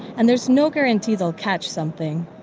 and here's no guarantee they'll catch something.